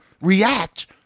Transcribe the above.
react